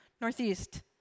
Northeast